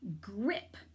grip